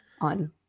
On